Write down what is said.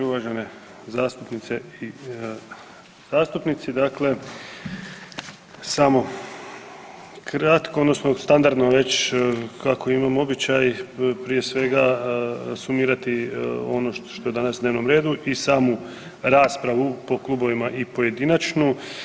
Uvažene zastupnice i zastupnici, dakle samo kratko odnosno standardno već kako imam običaj prije svega sumirati ono što je danas na dnevnom redu i samu raspravu po klubovima i pojedinačnu.